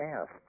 asked